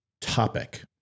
topic